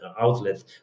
outlet